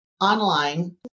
online